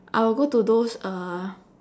I will go to those uh